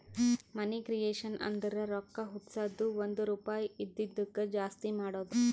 ಮನಿ creation ಅಂದುರ್ ರೊಕ್ಕಾ ಹುಟ್ಟುಸದ್ದು ಒಂದ್ ರುಪಾಯಿ ಇದಿದ್ದುಕ್ ಜಾಸ್ತಿ ಮಾಡದು